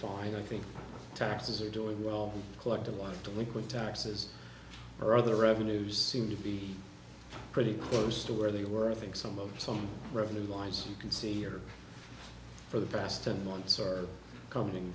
fine i think taxes are doing well collective want to look with taxes or other revenues seem to be pretty close to where they were i think some of some revenue lines you can see here for the past ten months are coming